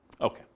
Okay